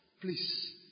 Please